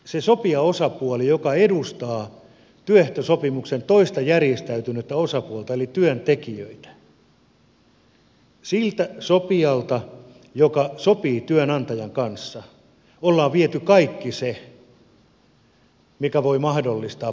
nyt siltä sopijaosapuolelta joka edustaa työehtosopimuksen toista järjestäytynyttä osapuolta eli työntekijöitä siltä sopijalta joka sopii työnantajan kanssa ollaan viety kaikki se mikä voi mahdollistaa paikallisen sopimisen